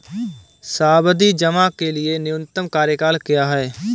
सावधि जमा के लिए न्यूनतम कार्यकाल क्या है?